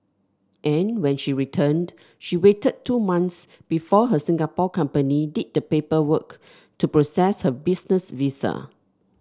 and when she returned she waited two months before her Singapore company did the paperwork to process her business visa